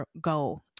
goal